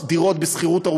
באמצעות זכויות בנייה,